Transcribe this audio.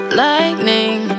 lightning